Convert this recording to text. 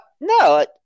No